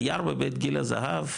הדייר בבית גיל הזהב,